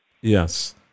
Yes